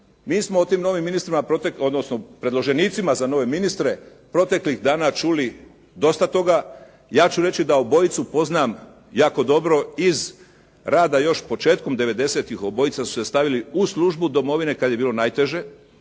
Mi smo o tim novim ministrima, odnosno predloženicima za nove ministre proteklih dana čuli dosta toga, ja ću reći da obojicu poznam jako dobro iz rada još početkom '90.-tih. Obojica su se stavili u službu Domovine kada je bilo najteže,